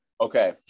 Okay